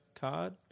card